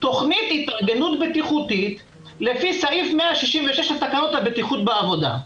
תוכנית התארגנות בטיחותית לפי סעיף 166 לתקנות הבטיחות בעבודה.